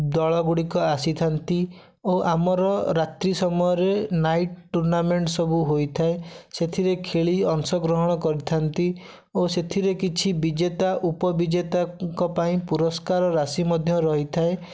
ଦଳ ଗୁଡ଼ିକ ଆସିଥାନ୍ତି ଓ ଆମର ରାତ୍ରି ସମୟରେ ନାଇଟ୍ ଟୁର୍ଣ୍ଣାମେଣ୍ଟ ସବୁ ହୋଇଥାଏ ସେଥିରେ ଖେଳି ଅଂଶ ଗ୍ରହଣ କରିଥାନ୍ତି ଓ ସେଥିରେ କିଛି ବିଜେତା ଉପବିଜେତାଙ୍କ ପାଇଁ ପୁରସ୍କାର ରାଶି ମଧ୍ୟ ରହିଥାଏ